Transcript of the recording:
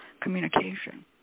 communication